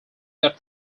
that